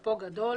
שאפו גדול